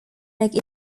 make